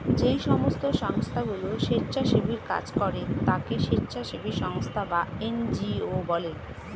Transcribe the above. যেই সমস্ত সংস্থাগুলো স্বেচ্ছাসেবীর কাজ করে তাকে স্বেচ্ছাসেবী সংস্থা বা এন জি ও বলে